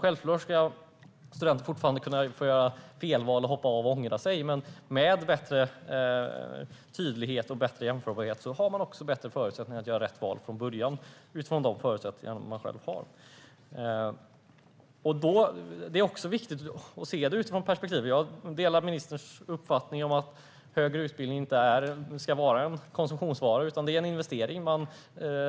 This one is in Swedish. Självklart ska studenter fortfarande kunna få göra delval, hoppa av och ångra sig, men med bättre tydlighet och bättre jämförbarhet har man bättre möjligheter att göra rätt val från början utifrån de förutsättningar man själv har. Jag delar ministerns uppfattning att högre utbildning inte ska vara en konsumtionsvara. Det är en investering. Det är viktigt att se det utifrån det perspektivet.